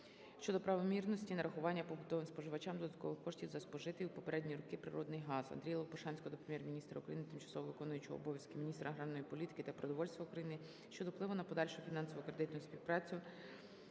щодо правомірності донарахування побутовим споживачам додаткових коштів за спожитий у попередні роки природній газ. Андрія Лопушанського до Прем'єр-міністра України, тимчасово виконуючого обов'язки міністра аграрної політики та продовольства України щодо впливу на подальшу фінансово-кредитну співпрацю